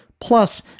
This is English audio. Plus